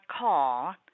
call